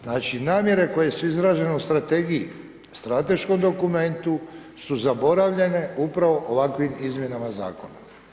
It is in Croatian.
Znači, namjere koje su izrađene u strategiji, strateškom dokumentu su zaboravljene upravo ovakvim izmjenama zakona.